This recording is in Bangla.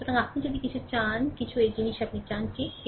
সুতরাং আপনি যদি কিছু চান কিছু এই জিনিস আপনি চান ঠিক